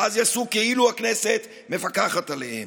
ואז יעשו כאילו הכנסת מפקחת עליהם.